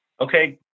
Okay